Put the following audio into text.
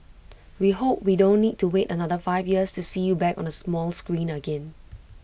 we hope we don't need to wait another five years to see you back on the small screen again